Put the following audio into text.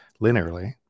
linearly